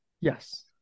Yes